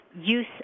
use